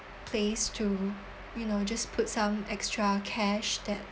place to you know just put some extra cash that